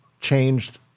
changed